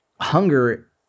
hunger